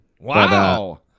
Wow